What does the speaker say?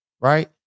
right